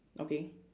okay